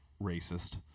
racist